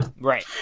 Right